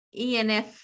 ENF